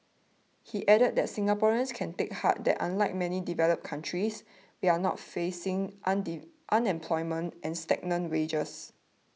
he added that Singaporeans can take heart that unlike many developed countries we are not facing unemployment and stagnant wages